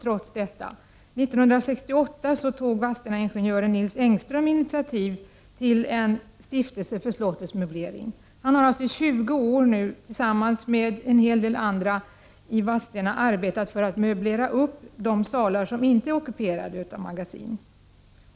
1968 tog Vadstenaingenjören Nils Engström initiativ till en stiftelse för slottets möblering. Han har alltså i 20 år tillsammans med en hel del andra i Vadstena arbetat för att möblera de salar som inte fungerar som magasin.